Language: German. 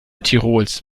tirols